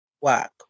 work